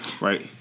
right